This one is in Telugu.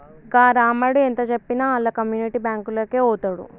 గా రామడు ఎంతజెప్పినా ఆళ్ల కమ్యునిటీ బాంకులకే వోతడు